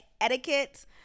etiquette